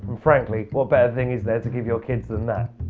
frankly, what better thing is there to give your kids than that?